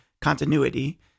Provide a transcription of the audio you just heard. continuity